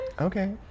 Okay